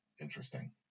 interesting